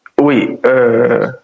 Oui